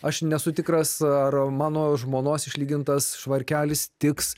aš nesu tikras ar mano žmonos išlygintas švarkelis tiks